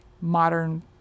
modern